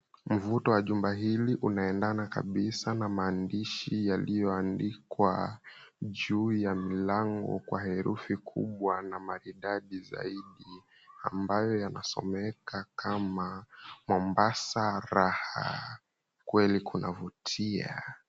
Mvuto wa jumba hili unaendana kabisa na maandishi yalioandikwa juu ya mlango kwa herufi kubwa na maridadi zaidi ambayo yanasomeka kama, "MOMBASA RAHA." Kweli kunavutia.